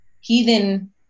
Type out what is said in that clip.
heathen